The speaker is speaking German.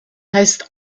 heißt